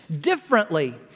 differently